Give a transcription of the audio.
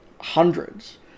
hundreds